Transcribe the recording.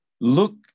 Look